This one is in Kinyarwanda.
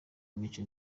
nkiko